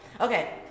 Okay